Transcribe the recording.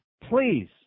Please